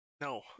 No